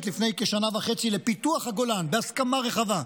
לפני כשנה וחצי לפיתוח הגולן בהסכמה רחבה.